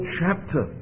chapter